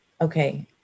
Okay